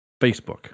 Facebook